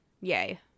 Yay